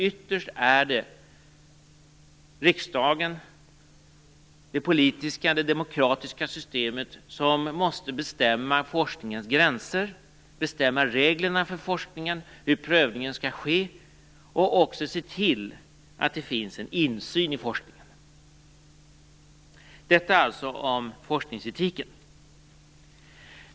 Ytterst är det ju riksdagen, det politiska och demokratiska systemet, som måste bestämma forskningens gränser och reglerna för forskningen samt bestämma hur prövningen skall ske och se till att det finns en insyn i forskningen. Detta om forskningsetiken.